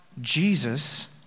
Jesus